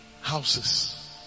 houses